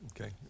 Okay